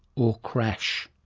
or crash.